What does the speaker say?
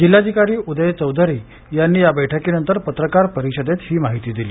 जिल्हाधिकारी उदय चौधरी यांनी या बैठकीनंतर पत्रकार परिषदेत ही माहिती दिली